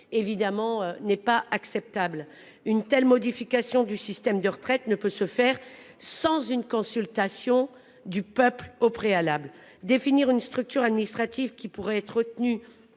évidemment pas acceptable. Une telle modification du système de retraite ne peut se faire sans une consultation préalable du peuple. Définir une structure administrative qui pourrait être retenue